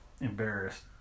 embarrassed